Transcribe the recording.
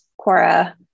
Quora